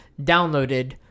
downloaded